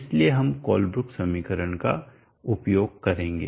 इसलिए हम कोलब्रुक समीकरण का उपयोग करेंगे